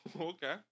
Okay